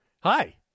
hi